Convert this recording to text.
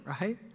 right